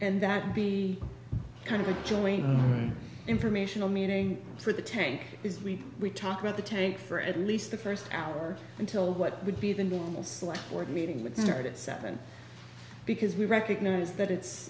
and that would be kind of a joint informational meeting for the tank is we we talk about the tank for at least the first hour until what would be the normal slot for the meeting would start at seven because we recognize that it's